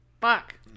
Fuck